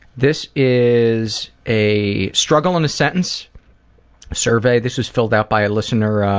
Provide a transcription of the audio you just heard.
this is a struggle in a sentence survey. this is filled out by a listener